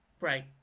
Right